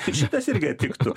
šitas irgi tiktų